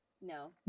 no